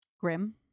Grim